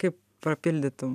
kaip papildytum